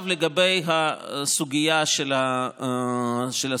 עכשיו לגבי הסוגיה של הסטודנטים.